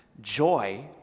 Joy